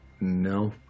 No